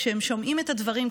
כשהם שומעים את הדברים,